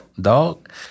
dog